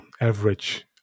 average